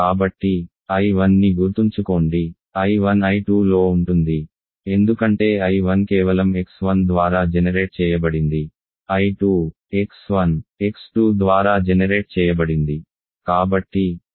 కాబట్టి I1ని గుర్తుంచుకోండి I1 I2లో ఉంటుంది ఎందుకంటే I1 కేవలం x1 ద్వారా జెనెరేట్ చేయబడింది I2 x1 x2 ద్వారా జెనెరేట్ చేయబడింది